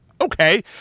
Okay